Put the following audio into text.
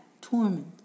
torment